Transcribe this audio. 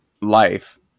life